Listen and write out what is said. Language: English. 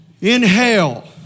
inhale